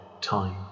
time